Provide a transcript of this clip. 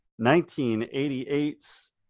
1988's